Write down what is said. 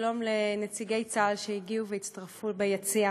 ושלום לנציגי צה"ל שהגיעו והצטרפו ביציע.